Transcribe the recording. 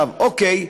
אוקיי,